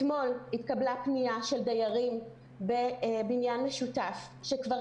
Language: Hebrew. אתמול התקבלה פנייה של דיירים בבניין משותף שכבר